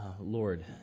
Lord